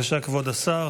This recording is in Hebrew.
בבקשה, כבוד השר,